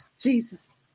Jesus